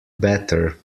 better